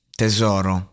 tesoro